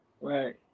right